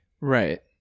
Right